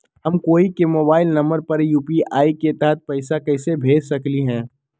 हम कोई के मोबाइल नंबर पर यू.पी.आई के तहत पईसा कईसे भेज सकली ह?